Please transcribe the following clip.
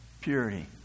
purity